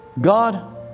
God